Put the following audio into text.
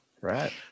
right